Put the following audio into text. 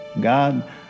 God